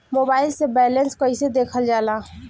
Mobile से balance कइसे देखल जाला?